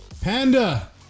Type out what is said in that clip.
Panda